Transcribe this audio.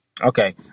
Okay